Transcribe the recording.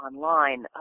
online